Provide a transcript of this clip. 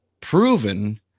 proven